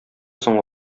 соң